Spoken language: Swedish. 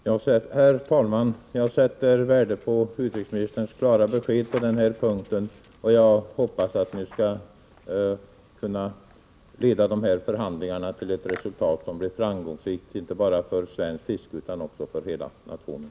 Herr talman! Jag sätter värde på utrikesministerns klara besked på den här punkten. Jag hoppas att regeringens företrädare skall kunna leda dessa förhandlingar till ett resultat som blir framgångsrikt inte bara för svenskt fiske, utan också för hela nationen.